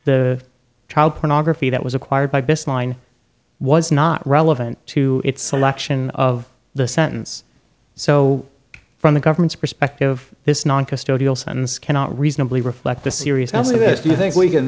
the child pornography that was acquired by best line was not relevant to its selection of the sentence so from the government's perspective this non custodial sentence cannot reasonably reflect the seriousness of it do you think we can